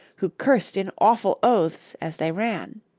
who cursed in awful oaths as they ran.